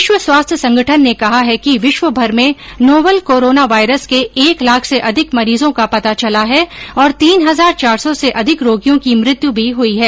विश्व स्वास्थ्य संगठन ने कहा है कि विश्वभर में नोवल कोरोना वायरस के एक लाख से अधिक मरीजों का पता चला है और तीन हजार चार सौ से अधिक रोगियों की मृत्यु भी हुई है